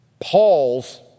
Paul's